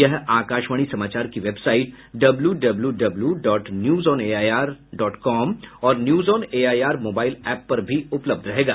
यह आकाशवाणी समाचार की website W W W W dot news on AIR dot com और news on AIR mobile app पर भी उपलब्ध रहेगा